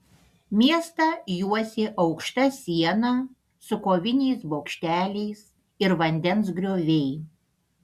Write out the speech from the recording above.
miestą juosė aukšta siena su koviniais bokšteliais ir vandens grioviai